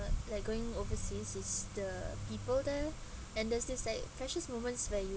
like going overseas is the people there and there's this like precious moments where you